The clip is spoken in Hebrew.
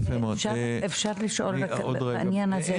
אפשר לשאול רק בעניין הזה?